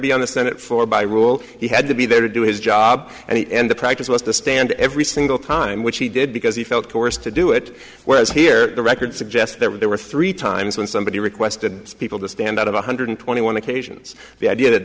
be on the senate floor by rule he had to be there to do his job and he and the practice was to stand every single time which he did because he felt course to do it whereas here the record suggests there were three times when somebody requested people to stand out of one hundred twenty one occasions the idea that